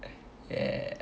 yeah